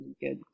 Good